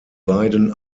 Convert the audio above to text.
beiden